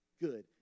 good